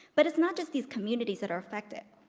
but it's not just these communities that are affected.